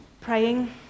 praying